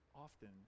Often